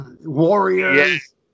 warriors